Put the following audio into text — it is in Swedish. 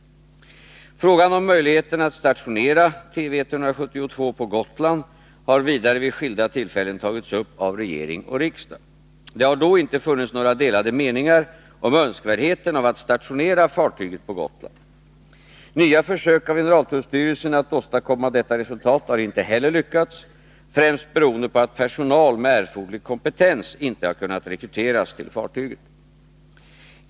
Frågan om möjligheterna att stationera Tv 172 på Gotland har vidare vid skilda tillfällen tagits upp av regering och riksdag. Det har då inte funnits några delade meningar om önskvärdheten av att stationera fartyget på Gotland. Nya försök av generaltullstyrelsen att åstadkomma detta resultat har inte heller lyckats, främst beroende på att personal med erforderlig kompetens inte har kunnat rekryteras till fartyget.